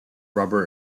rubber